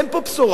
אין פה בשורה.